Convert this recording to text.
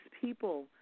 people